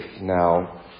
Now